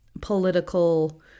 political